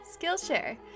Skillshare